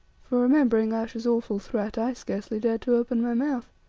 for remembering ayesha's awful threat i scarcely dared to open my mouth.